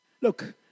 Look